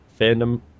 fandom